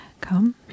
come